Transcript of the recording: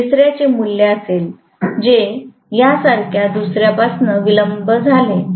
तिसर्याचे मूल्य असेल जे यासारख्या दुसर्यापासून विलंब झाले